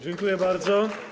Dziękuję bardzo.